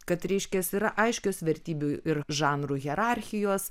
kad reiškias yra aiškios vertybių ir žanrų hierarchijos